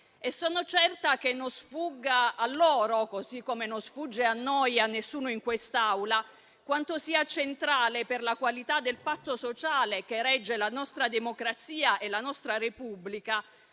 Sono certa che non sfugga loro, così come non sfugge a noi e a nessuno in quest'Aula, quanto sia centrale, per la qualità del patto sociale che regge la nostra democrazia e la nostra Repubblica,